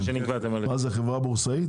זו חברה בורסאית?